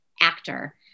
actor